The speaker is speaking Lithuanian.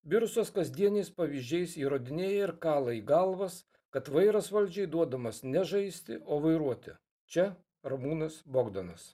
virusas kasdieniais pavyzdžiais įrodinėja ir kala į galvas kad vairas valdžiai duodamas ne žaisti o vairuoti čia ramūnas bogdanas